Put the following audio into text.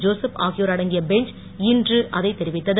Joseph ஆகயோர் அடங்கிய bench இன்று இதைத் தெரிவித்தது